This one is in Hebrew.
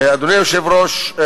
אדוני היושב-ראש,